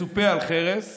מצופה על חרש